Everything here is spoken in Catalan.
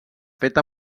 feta